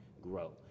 grow